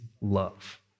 love